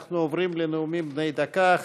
אנחנו עוברים לנאומים בני דקה.